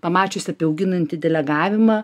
pamačiusi bauginantį delegavimą